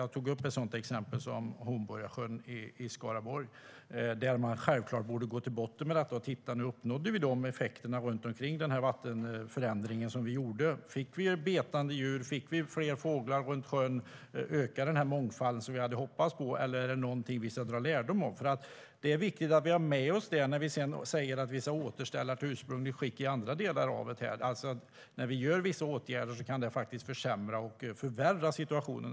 Jag tog upp ett sådant exempel, nämligen Hornborgasjön i Skaraborg, där man självklart borde gå till botten och se om vi verkligen uppnådde de effekter som vi förväntade oss av den här vattenförändringen som vi gjorde. Fick vi betande djur, fick vi fler fåglar runt sjön och ökade mångfalden som vi hade hoppats på, eller ska vi dra någon lärdom av det här? Det är viktigt att vi har med oss det när vi sedan säger att vi ska återställa andra delar till ursprungligt skick. När vi vidtar vissa åtgärder kan det faktiskt försämra och förvärra situationen.